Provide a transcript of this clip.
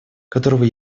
которого